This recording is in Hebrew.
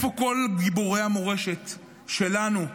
איפה כל גיבורי המורשת שלנו,